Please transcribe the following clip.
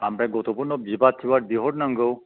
आमफ्राय गथ'फोरनाव बिबार थिबार बिहर नांगौ